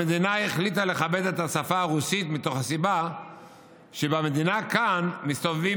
המדינה החליטה לכבד את השפה הרוסית מתוך סיבה שבמדינה כאן מסתובבים